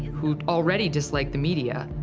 who already disliked the media,